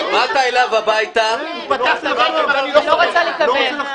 באת אליו הביתה, הוא פתח את הדלת ולא רצה לקבל.